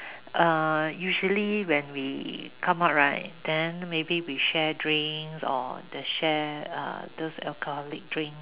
uh usually when we come out right then maybe we share drinks or share those alcoholic drink